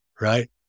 Right